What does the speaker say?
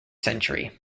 century